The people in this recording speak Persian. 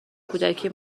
کودکی